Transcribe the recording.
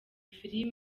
film